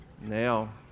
Now